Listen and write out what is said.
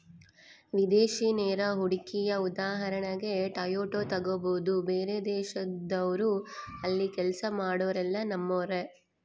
ವಿದೇಶಿ ನೇರ ಹೂಡಿಕೆಯ ಉದಾಹರಣೆಗೆ ಟೊಯೋಟಾ ತೆಗಬೊದು, ಬೇರೆದೇಶದವ್ರು ಅಲ್ಲಿ ಕೆಲ್ಸ ಮಾಡೊರೆಲ್ಲ ನಮ್ಮರೇ